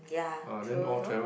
ya true also